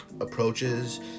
approaches